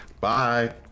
Bye